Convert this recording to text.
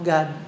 God